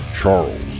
Charles